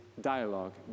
dialogue